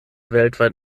weltweit